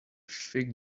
fig